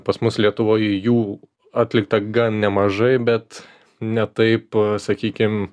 pas mus lietuvoj jų atlikta gan nemažai bet ne taip sakykim